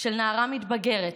של נערה מתבגרת